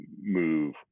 move